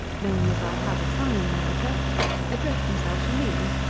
knowing that i had a son in america addressed himself to me,